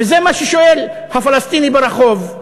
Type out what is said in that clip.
וזה מה ששואל הפלסטיני ברחוב: